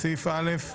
סעיף א',